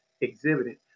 exhibited